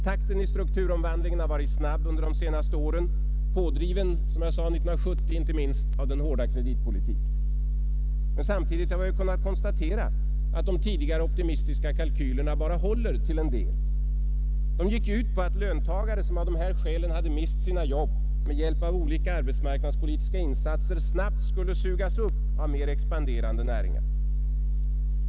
Takten i strukturomvandlingen har varit snabb under de senaste åren, pådriven inte minst 1970 av den hårda kreditpolitiken. Men samtidigt har vi kunnat konstatera, att de tidigare optimistiska kalkylerna bara håller till en del. De gick ut på att löntagare, som av dessa skäl hade mist sina jobb, med hjälp av olika arbetsmarknadspolitiska insatser snabbt skulle sugas upp av mer expanderande näringar.